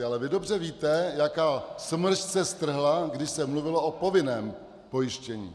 Ale vy dobře víte, jaká smršť se strhla, když se mluvilo o povinném pojištění.